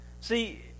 See